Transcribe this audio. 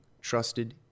Trusted